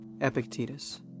Epictetus